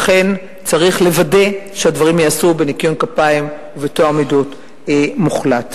אכן צריך לוודא שהדברים ייעשו בניקיון כפיים ובטוהר מידות מוחלט.